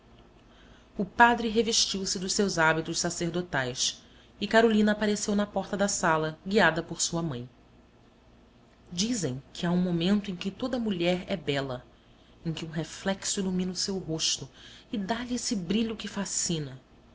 o padre revestiu se dos seus hábitos sacerdotais e carolina apareceu na porta da sala guiada por sua mãe dizem que há um momento em que toda a mulher é bela em que um reflexo ilumina o seu rosto e dá-lhe esse brilho que fascina